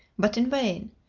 but in vain,